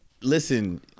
Listen